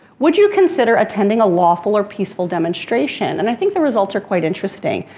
would you consider attending a lawful or peaceful demonstration, and i think the results are quite interesting.